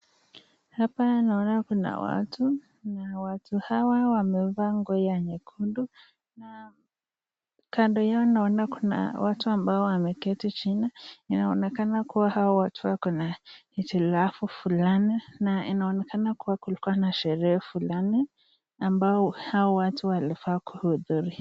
Hapa naona kuna watu na watu hawa wamevaa nguo ya nyekundu na kando yao naona kuna watu ambao wameketi chini , inaonekana kuwa hawa watu wako na hitilafu fulani na inaonekana kuwa kulikua na sherehe fulani ambao hawa watu walifaa kuhudhuria .